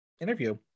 interview